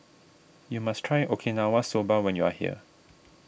you must try Okinawa Soba when you are here